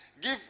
give